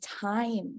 time